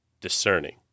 discerning